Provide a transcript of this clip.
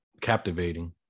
captivating